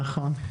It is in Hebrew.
נכון מאוד.